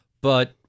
but-